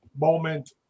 moment